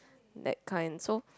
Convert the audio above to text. that kind so